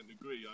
agree